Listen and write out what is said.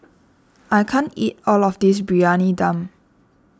I can't eat all of this Briyani Dum